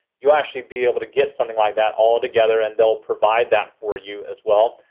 you'll actually be able to get something like that all together and they'll provide that for you as well.